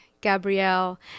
Gabrielle